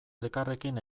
elkarrekin